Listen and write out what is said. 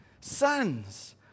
sons